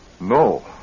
No